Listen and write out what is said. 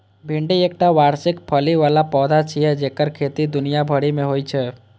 भिंडी एकटा वार्षिक फली बला पौधा छियै जेकर खेती दुनिया भरि मे होइ छै